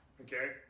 okay